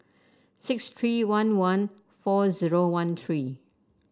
six three one one four zero one three